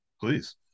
please